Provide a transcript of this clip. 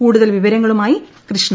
കൂടുതൽ വിവരങ്ങളുമായി കൃഷ്ണ